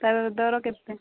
ତା'ର ଦର କେତେ